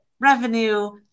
revenue